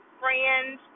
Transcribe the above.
friends